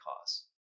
cause